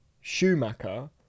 Schumacher